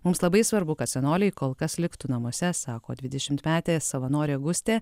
mums labai svarbu kad senoliai kol kas liktų namuose sako dvidešimtmetė savanorė gustė